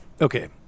Okay